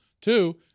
Two